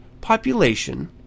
population